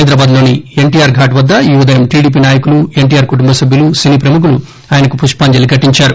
హైదరాబాద్లోని ఎన్టిఆర్ ఘాట్ వద్ద ఈ ఉదయం టిడిపి నాయకులు ఎన్టిఆర్ కుటుంబ సభ్యులు సినీ ప్రముఖులు ఆయనకు పుష్పాంజలి ఘటించారు